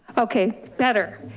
okay better,